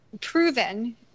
proven